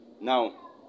Now